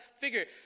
figure